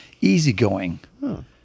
easygoing